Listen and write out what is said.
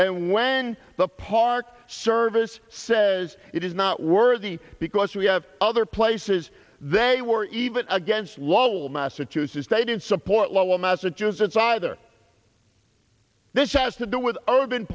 and when the park service says it is not worthy because we have other places they were even against lol massachusetts they didn't support lowell massachusetts either this has to do with urban